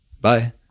Bye